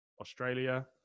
Australia